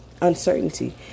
uncertainty